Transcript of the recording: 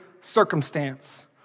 circumstance